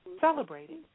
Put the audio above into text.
celebrating